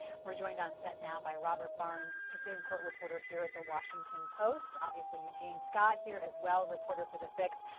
we are joint onset now by robert burns, supreme court reporter here at the washington post. obviously, eugene scott here as well, reporter for the fix.